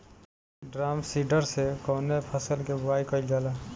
Drum seeder से कवने फसल कि बुआई कयील जाला?